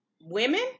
women